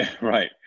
right